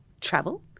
travel